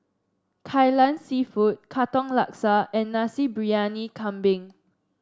Kai Lan seafood Katong Laksa and Nasi Briyani Kambing